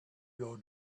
your